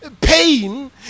Pain